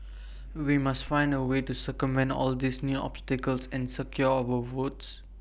we must find A way to circumvent all these new obstacles and secure our votes